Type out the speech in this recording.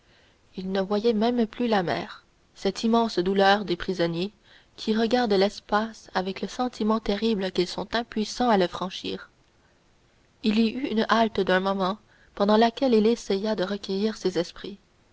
il ne voyait même plus la mer cette immense douleur des prisonniers qui regardent l'espace avec le sentiment terrible qu'ils sont impuissants à le franchir il y eut une halte d'un moment pendant laquelle il essaya de recueillir ses esprits